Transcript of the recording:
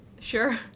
Sure